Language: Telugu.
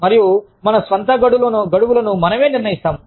మరియు మనస్వంత గడువులను మనమే నిర్ణయిస్తాము